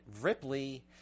Ripley